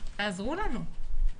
תעזרו לנו.